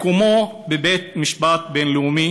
מקומו בבית-משפט בין-לאומי